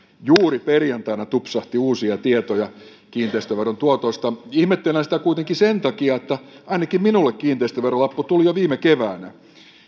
juuri perjantaina tupsahti uusia tietoja kiinteistöveron tuotoista ihmettelen sitä kuitenkin sen takia että ainakin minulle kiinteistöverolappu tuli jo viime keväänä